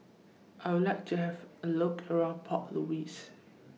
I Would like to Have A Look around Port Louis